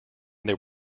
there